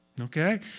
Okay